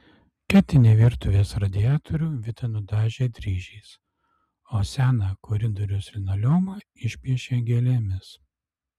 ketinį virtuvės radiatorių vita nudažė dryžiais o seną koridoriaus linoleumą išpiešė gėlėmis